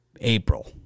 April